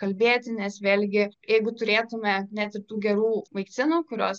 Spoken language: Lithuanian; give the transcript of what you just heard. kalbėti nes vėlgi jeigu turėtume net ir tų gerų vakcinų kurios